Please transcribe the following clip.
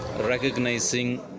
recognizing